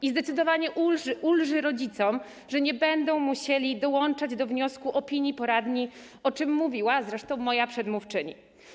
I zdecydowanie ulży rodzicom, że nie będą musieli dołączać do wniosku opinii poradni, o czym mówiła zresztą moja przedmówczyni.